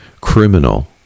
criminal